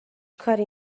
کاری